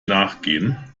nachgehen